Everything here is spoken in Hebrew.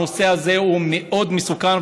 הנושא הזה הוא מאוד מסוכן,